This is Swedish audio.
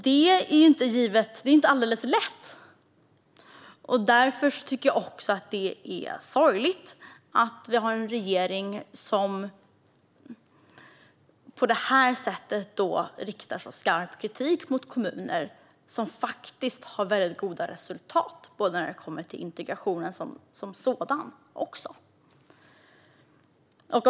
Detta är inte alldeles lätt, och därför tycker jag att det är sorgligt att vi har en regering som på detta sätt riktar skarp kritik mot kommuner som faktiskt har väldigt goda resultat även när det gäller integrationen som sådan.